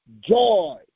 joy